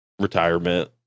retirement